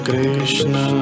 Krishna